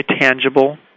tangible